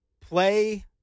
play